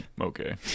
okay